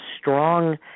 strong